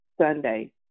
Sunday